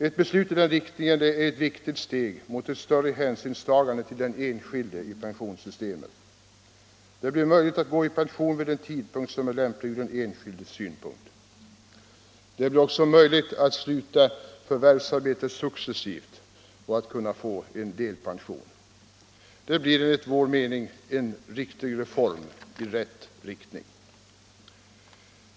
Ett beslut i den riktningen är ett viktigt steg mot ett större hänsynstagande till den enskilde i pensionssystemet. Det blir då möjligt att gå i pension vid en tidpunkt som är lämplig från den enskildes synpunkt. Likaså blir det möjligt att sluta förvärvsarbetet successivt och att få delpension. Enligt vår mening blir detta en viktig reform och en reform i rätt riktning.